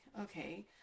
okay